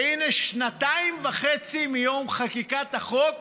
והינה, שנתיים וחצי מיום חקיקת החוק